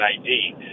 ID